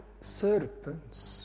serpents